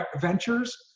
Ventures